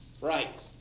Right